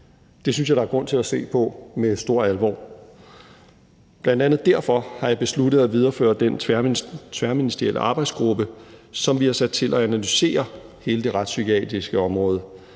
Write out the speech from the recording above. Det synes jeg der er grund til at se på med stor alvor. Bl.a. derfor har jeg besluttet at videreføre den tværministerielle arbejdsgruppe, som vi har sat til at analysere hele det retspsykiatriske område,